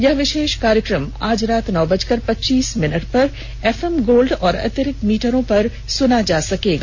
यह विशेष कार्यक्रम आज रात नौ बजकर पच्चीस मिनट पर एफएम गोल्ड और अतिरिक्त मीटरों पर सुना जा सकता है